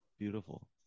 beautiful